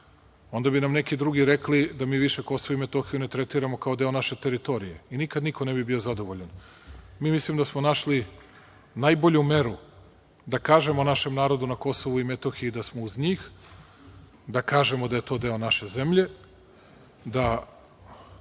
bi nam neki drugi rekli da mi više KiM ne tretiramo kao deo naše teritorije i niko nikad ne bi bio zadovoljan. Mislim da smo našli najbolju meru da kažemo našem narodu na KiM da smo uz njih, da kažemo da je to deo naše zemlje, da